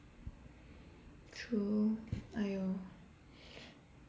true !aiyo!